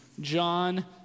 John